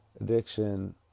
addiction